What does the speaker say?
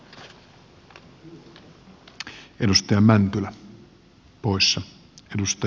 arvoisa puhemies